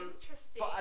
Interesting